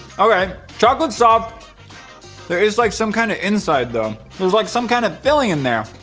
okay chocolate sob there is like some kind of inside though. it was like some kind of filling in there.